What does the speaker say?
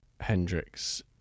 Hendrix